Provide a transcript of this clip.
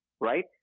right